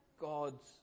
God's